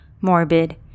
morbid